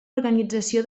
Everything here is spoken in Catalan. organització